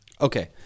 okay